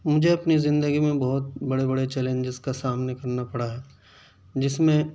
مجھے اپنی زندگی میں بہت بڑے بڑے چیلنجیز کا سامنا پڑا ہے جس میں